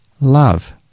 love